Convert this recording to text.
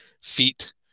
feet